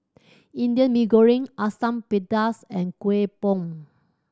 Indian Mee Goreng Asam Pedas and Kueh Bom